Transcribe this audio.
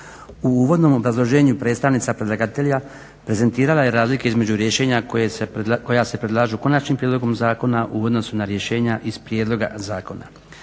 U uvodnom obrazloženju predstavnica predlagatelja prezentirala je razlike između rješenja koja se predlažu konačnim prijedlogom zakona u odnosu na rješenja iz prijedloga zakona.